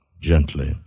gently